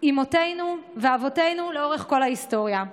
אימותינו ואבותינו לאורך כל ההיסטוריה.